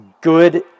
good